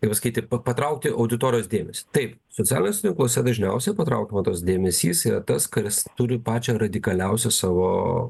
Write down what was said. kaip pasakyti pa patraukti auditorijos dėmesį taip socialiniuose tinkluose dažniausiai patraukiama tas dėmesys yra tas kuris turi pačią radikaliausią savo